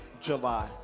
July